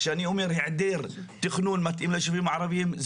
כשאני אומר היעדר תכנון מתאים לישובים הערבים,